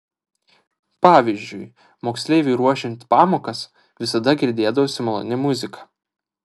pavyzdžiui moksleiviui ruošiant pamokas visada girdėdavosi maloni muzika